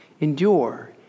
Endure